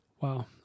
Wow